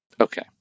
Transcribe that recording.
Okay